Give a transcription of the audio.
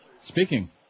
Speaking